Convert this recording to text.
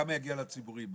כמה יגיעו לציבוריים?